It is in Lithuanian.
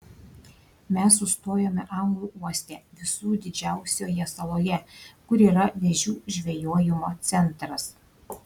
mes sustojome anglų uoste visų didžiausioje saloje kur yra vėžių žvejojimo centras